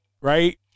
right